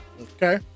Okay